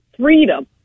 freedom